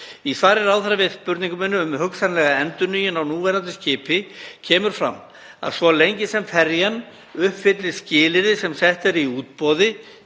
Í svari ráðherra við spurningu minni um hugsanlega endurnýjun á núverandi skipi kemur fram að svo lengi sem ferjan uppfylli skilyrði sem sett eru í útboði,